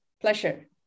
pleasure